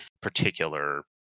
particular